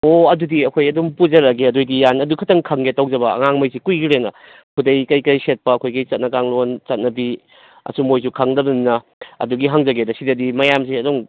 ꯑꯣ ꯑꯗꯨꯗꯤ ꯑꯩꯈꯣꯏ ꯑꯗꯨꯝ ꯄꯨꯖꯔꯛꯑꯒꯦ ꯑꯗꯨꯏꯗꯤ ꯌꯥꯅꯤ ꯑꯗꯨ ꯈꯤꯇꯪ ꯈꯪꯒꯦ ꯇꯧꯖꯕ ꯑꯉꯥꯡ ꯉꯩꯁꯤ ꯀꯨꯏꯈ꯭ꯔꯦꯅ ꯈꯨꯗꯩ ꯀꯩꯀꯩ ꯁꯦꯠꯄ ꯑꯩꯈꯣꯏꯒꯤ ꯆꯠꯅ ꯀꯥꯡꯂꯣꯟ ꯆꯠꯅꯕꯤ ꯑꯁꯨꯝ ꯃꯣꯏꯁꯨ ꯈꯪꯗꯕꯅꯤꯅ ꯑꯗꯨꯒꯤ ꯍꯪꯖꯒꯦꯅ ꯁꯤꯗꯗꯤ ꯃꯌꯥꯝꯁꯦ ꯑꯗꯨꯝ